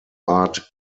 art